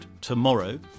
tomorrow